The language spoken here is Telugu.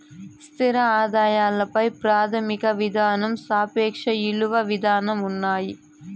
స్థిర ఆదాయాల పై ప్రాథమిక విధానం సాపేక్ష ఇలువ విధానం ఉన్నాయి